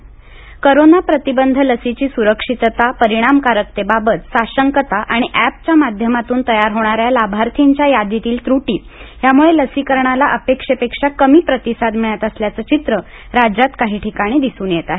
लसीकरण करोना प्रतिबंध लसीची सुरक्षितता परिणामकारकतेबाबत साशंकता आणि एपच्या माध्यमातून तयार होणाऱ्या लाभार्थीच्या यादीतील ्रटी यामुळे लसीकरणाला अपेक्षेपेक्षा कमी प्रतिसाद मिळत असल्याचे चित्र राज्यात काही ठिकाणी दिसून येत आहे